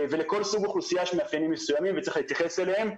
לכל סוג אוכלוסייה יש מאפיינים מסוימים וצריך להתייחס אליהם.